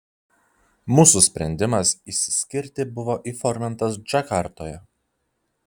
mūsų sprendimas išsiskirti buvo įformintas džakartoje